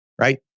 Right